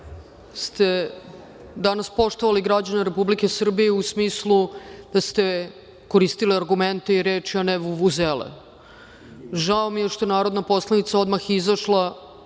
ste danas poštovali građane Republike Srbije u smislu da ste koristili argumente i reči, a ne vuvuzele. Žao mi je što je narodna poslanica odmah izašla,